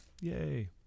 Yay